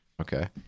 Okay